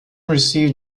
received